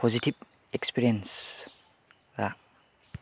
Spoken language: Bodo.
फजिटिभ एक्सपिरियेन्स आ